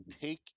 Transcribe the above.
take